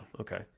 okay